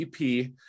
ep